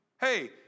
Hey